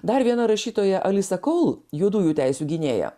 dar viena rašytoja alisa kol juodųjų teisių gynėja